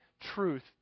truth